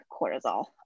cortisol